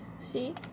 See